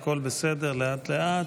הכול בסדר, לאט-לאט.